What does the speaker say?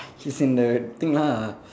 it's in the thing lah